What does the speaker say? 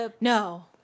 no